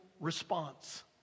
response